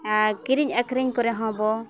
ᱟᱨ ᱠᱤᱨᱤᱧ ᱟᱠᱷᱨᱤᱧ ᱠᱚᱨᱮ ᱦᱚᱸᱵᱚ